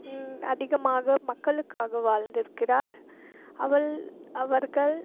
அதிகமாக மக்களுக்காக வாழ்ந்திருக்கிறார் அவள் அவர்கள்